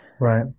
Right